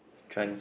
trends